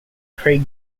craig